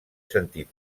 sentit